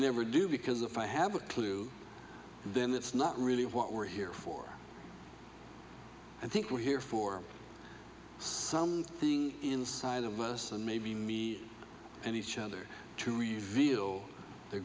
never do because if i have a clue then that's not really what we're here for i think we're here for something inside of us and maybe me and each other to reveal the